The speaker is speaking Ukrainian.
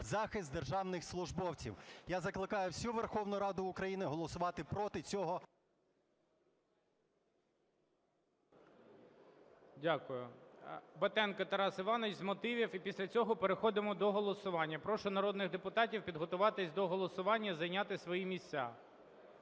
захист державних службовців. Я закликаю всю Верховну Раду України голосувати проти цього… ГОЛОВУЮЧИЙ. Дякую. Батенко Тарас Іванович, з мотивів. І після цього переходимо до голосування. Прошу народних депутатів підготуватись до голосування і зайняти свої місця.